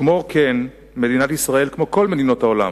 כמו כן, מדינת ישראל, כמו כל מדינות העולם,